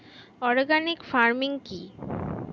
Organic farming কি?